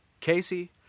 Casey